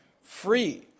free